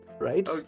right